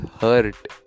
hurt